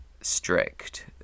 strict